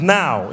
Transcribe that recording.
now